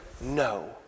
No